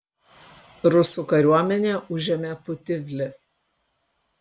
rusų kariuomenė užėmė putivlį